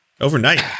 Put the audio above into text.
overnight